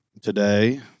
today